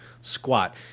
squat